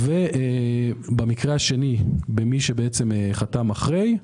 במקרה השני, מי שחתם אחרי,